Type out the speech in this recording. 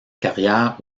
carrière